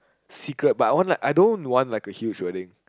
secret but I want like I don't want like a huge wedding